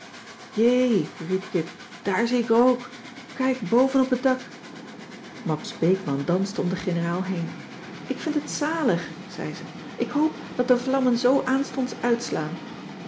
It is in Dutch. jé riep kit daar zie ik rook kijk boven op het dak mabs beekman danste om de generaal heen ik vind het zalig zei ze ik hoop dat de vlammen zoo aanstonds uitslaan